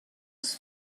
els